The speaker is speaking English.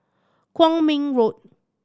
Kwong Min Road